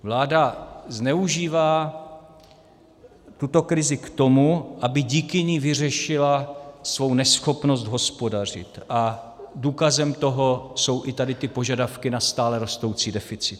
Vláda zneužívá tuto krizi k tomu, aby díky ní vyřešila svou neschopnost hospodařit, a důkazem toho jsou i tyto požadavky na stále rostoucí deficity.